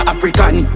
African